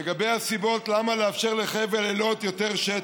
לגבי הסיבות לאפשר לחבל אילות יותר שטח: